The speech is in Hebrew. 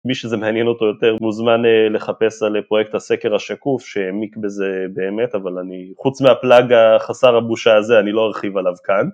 מי שזה מעניין אותו יותר מוזמן לחפש על פרויקט הסקר השקוף שהעמיק בזה באמת, אבל אני, חוץ מהפלאג החסר הבושה הזה, אני לא ארחיב עליו כאן.